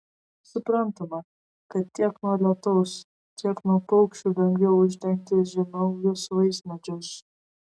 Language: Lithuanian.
suprantama kad tiek nuo lietaus tiek nuo paukščių lengviau uždengti žemaūgius vaismedžius